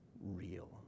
real